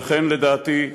לכן, לדעתי,